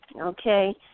okay